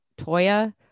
Toya